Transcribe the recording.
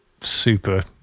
super